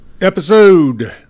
Episode